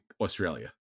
australia